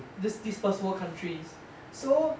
this this first world countries so